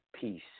peace